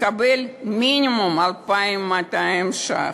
לקבל מינימום 2,200 ש"ח.